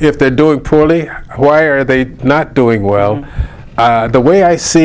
if they're doing poorly why are they not doing well the way i see